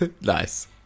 Nice